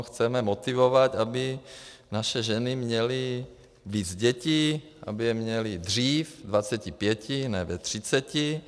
Chceme motivovat, aby naše ženy měly víc dětí, aby je měly dřív, ve dvaceti pěti, ne ve třiceti.